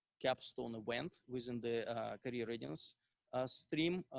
capsule in the web within the career readiness ah stream.